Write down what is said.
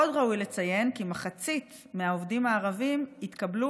עוד ראוי לציין כי מחצית מהעובדים הערבים התקבלו